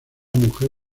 mujer